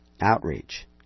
outreach